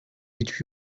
гэж